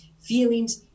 Feelings